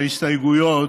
הסתייגויות,